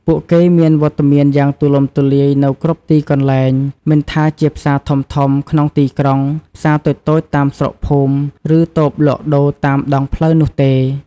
ពួកគេមានវត្តមានយ៉ាងទូលំទូលាយនៅគ្រប់ទីកន្លែង មិនថាជាផ្សារធំៗក្នុងទីក្រុង ផ្សារតូចៗតាមស្រុកភូមិ ឬតូបលក់ដូរតាមដងផ្លូវនោះទេ។